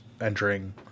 entering